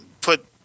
put